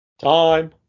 Time